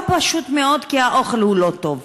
או פשוט מאוד כי האוכל לא טוב.